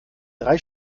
drei